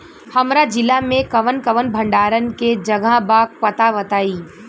हमरा जिला मे कवन कवन भंडारन के जगहबा पता बताईं?